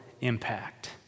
impact